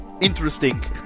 interesting